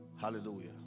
hallelujah